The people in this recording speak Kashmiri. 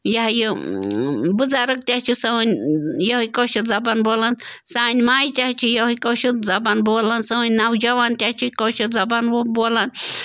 یہِ ہا یہِ بُزَرَگ تہِ حظ چھِ سٲنۍ یِہَے کٲشِر زبان بولان سانہِ ماجہٕ تہِ حظ چھِ یِہَے کٲشِر زبان بولان سٲنۍ نَوجَوان تہِ حظ چھِ کٲشِر زبان بو بولان